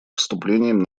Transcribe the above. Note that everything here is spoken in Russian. вступлением